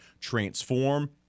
transform